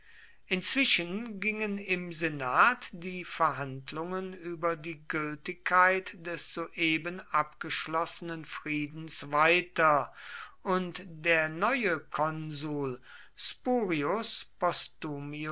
inzwischen gingen im senat die verhandlungen über die gültigkeit des soeben abgeschlossenen friedens weiter und der neue konsul spurius